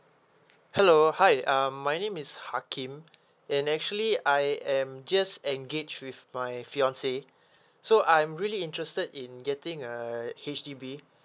hello hi uh my name is hakim and actually I am just engage with my fiancee so I'm really interested in getting a H_D_B